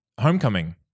homecoming